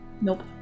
Nope